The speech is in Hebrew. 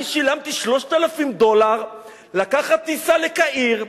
אני שילמתי 3,000 דולר לקחת טיסה לקהיר,